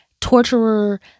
torturer